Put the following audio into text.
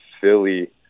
Philly